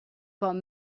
com